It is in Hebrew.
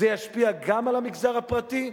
זה ישפיע גם על המגזר הפרטי.